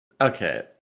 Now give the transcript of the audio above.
Okay